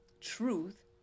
truth